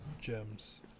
gems